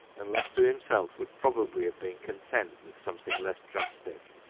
and left to him self would probably have been content with something less drastic.